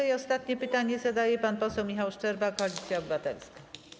I ostatnie pytanie zadaje pan poseł Michał Szczerba, Koalicja Obywatelska.